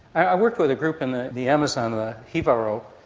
i worked with the group in the the amazon, the jivaro,